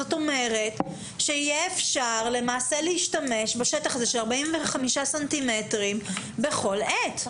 זאת אומרת שיהיה אפשר למעשה להשתמש בשטח הזה של 45 סנטימטרים בכל עת.